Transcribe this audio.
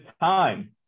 time